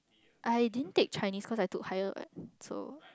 I didn't take Chinese cause I took higher what so